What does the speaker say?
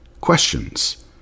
questions